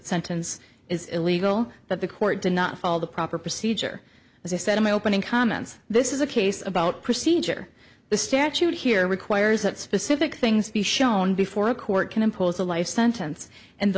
sentence is illegal that the court did not fall the proper procedure as i said in my opening comments this is a case about procedure the statute here requires that specific things be shown before a court can impose a life sentence and th